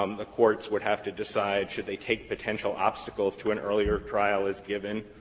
um the courts would have to decide should they take potential obstacles to an earlier trial as given,